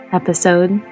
episode